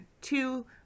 Two